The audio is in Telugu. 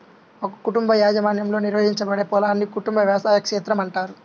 ఒక కుటుంబ యాజమాన్యంలో నిర్వహించబడే పొలాన్ని కుటుంబ వ్యవసాయ క్షేత్రం అంటారు